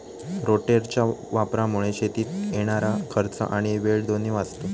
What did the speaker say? रोटेटरच्या वापरामुळे शेतीत येणारा खर्च आणि वेळ दोन्ही वाचतो